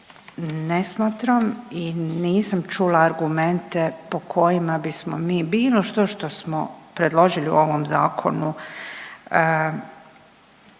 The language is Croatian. ne smatram i nisam čula argumente po kojima bismo mi bilo što što smo predložili u ovom Zakonu